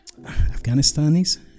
Afghanistanis